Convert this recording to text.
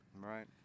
Right